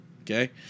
Okay